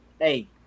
hey